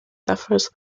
differs